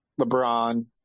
LeBron